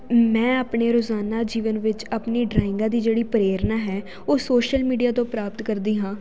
ਮੈਂ ਆਪਣੇ ਰੋਜ਼ਾਨਾ ਜੀਵਨ ਵਿੱਚ ਆਪਣੀ ਡਰਾਇੰਗਾਂ ਦੀ ਜਿਹੜੀ ਪ੍ਰੇਰਨਾ ਹੈ ਉਹ ਸੋਸ਼ਲ ਮੀਡੀਆ ਤੋਂ ਪ੍ਰਾਪਤ ਕਰਦੀ ਹਾਂ